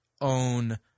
own